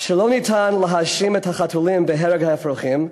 שלא ניתן להאשים את החתולים בהרג האפרוחים,